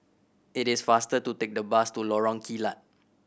it is faster to take the bus to Lorong Kilat